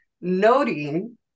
noting